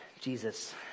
Jesus